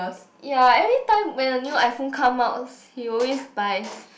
ya every time when a new iPhone come outs he always buys